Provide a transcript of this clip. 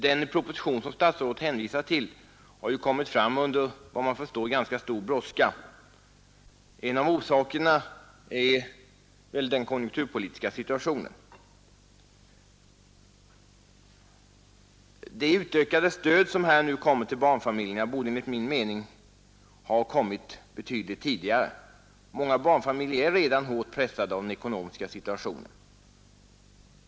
Den proposition som statsrådet hänvisade till har såvitt man kan förstå, tillkommit under ganska stor brådska. En av orsakerna är väl den konjunkturpolitiska situationen. Det utökade stöd till barnfamiljerna som aviseras borde enligt min mening ha kommit tidigare. Många barnfamiljer är redan hårt pressade av den ekonomiska situationen.